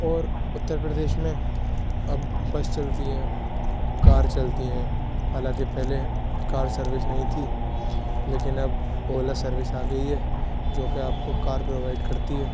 اور اتّر پردیش میں اب بس چلتی ہے کار چلتی ہیں حالانکہ پہلے کار سروس نہیں تھی لیکن اب اولا سروس آ گئی ہے جوکہ آپ کو کار پروائڈ کرتی ہے